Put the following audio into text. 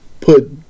put